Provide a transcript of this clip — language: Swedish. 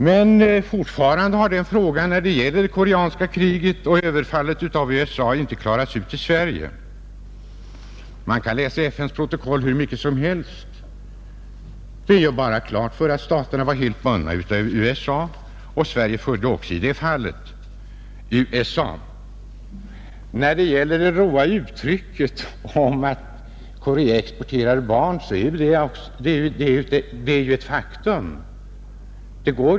Men fortfarande har frågan om det koreanska kriget och överfallet av USA inte klarats ut i Sverige. Man kan läsa FN:s protokoll hur mycket som helst — de gör bara klart att staterna var helt bundna av USA. Sverige följde också i det fallet USA. Herr Möller i Göteborg vände sig mot det ”råa” uttrycket att Korea exporterar barn — men det är ett faktum att så sker!